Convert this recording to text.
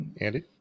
Andy